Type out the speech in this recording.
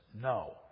No